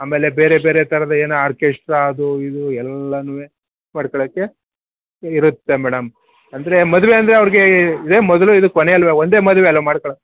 ಆಮೇಲೆ ಬೇರೆ ಬೇರೆ ಥರದ ಏನೋ ಆರ್ಕೆಸ್ಟ್ರಾ ಅದೂ ಇದೂ ಎಲ್ಲನೂ ಇರುತ್ತೆ ಮೇಡಮ್ ಅಂದ್ರೆ ಮದುವೆ ಅಂದರೆ ಅವ್ರಿಗೆ ಇದೇ ಮೊದಲು ಇದು ಕೊನೆ ಅಲ್ಲವೇ ಒಂದೇ ಮದುವೆ ಅಲ್ವ ಮಾಡ್ಕಳ